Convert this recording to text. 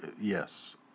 yes